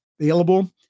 available